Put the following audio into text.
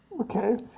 Okay